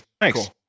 Thanks